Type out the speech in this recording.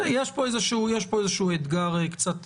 יש פה איזשהו אתגר קצת